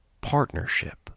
partnership